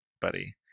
buddy